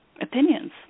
opinions